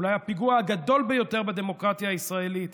אולי הפיגוע הגדול ביותר בדמוקרטיה הישראלית,